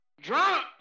drunk